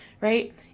right